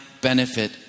benefit